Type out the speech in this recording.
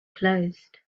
closed